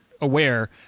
aware